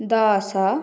ଦଶ